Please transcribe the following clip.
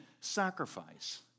sacrifice